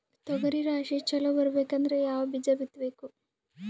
ತೊಗರಿ ರಾಶಿ ಚಲೋ ಬರಬೇಕಂದ್ರ ಯಾವ ಬೀಜ ಬಿತ್ತಬೇಕು?